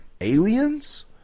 aliens